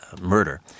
murder